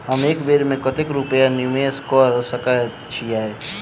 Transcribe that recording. हम एक बेर मे कतेक रूपया निवेश कऽ सकैत छीयै?